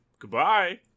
Goodbye